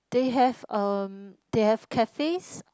they have um they have cafes